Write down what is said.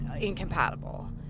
incompatible